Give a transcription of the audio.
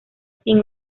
sin